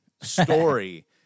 story